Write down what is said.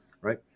Right